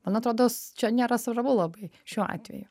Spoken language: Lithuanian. man atrodo čia nėra svarbu labai šiuo atveju